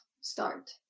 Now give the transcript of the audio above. start